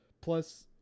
Plus